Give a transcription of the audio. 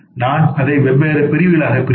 நான் அதை வெவ்வேறு பிரிவுகளாகப் பிரிப்பேன்